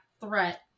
threat